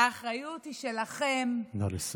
האחריות היא שלכם, נא לסיים.